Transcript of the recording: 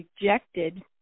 rejected